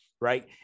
right